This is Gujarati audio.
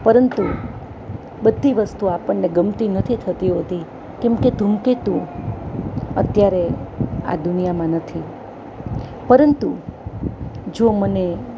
પરંતુ બધી વસ્તુ આપણને ગમતી નથી થતી હોતી કેમકે ધૂમકેતુ અત્યારે આ દુનિયામાં નથી પરંતુ જો મને